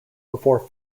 before